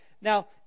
Now